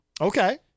Okay